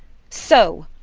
so,